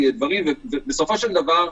ובסופו של דבר,